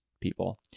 people